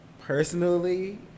personally